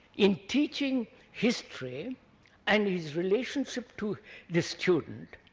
in teaching history and his relationship to the student,